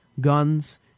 guns